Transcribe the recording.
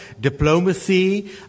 diplomacy